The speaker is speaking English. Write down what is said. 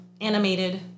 Animated